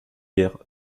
guerres